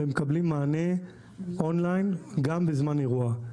והם מקבלים מענה אונליין גם בזמן אירוע.